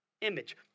image